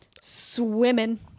swimming